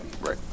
Right